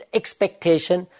expectation